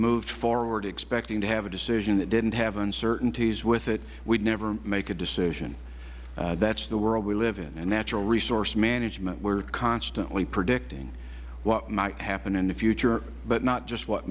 moved forward expecting to have a decision that didn't have uncertainties with it we would never make a decision that is the world we live in and natural resource management we are constantly predicting what might happen in the future but not just what